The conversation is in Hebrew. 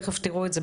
תיכף תיראו את זה,